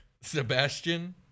Sebastian